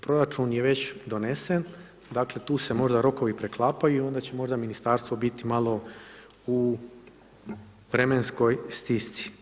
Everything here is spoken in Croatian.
Proračun je već donesen, dakle tu se možda rokovi preklapaju onda će možda ministarstvo biti malo u vremenskoj stisci.